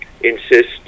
insist